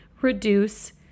reduce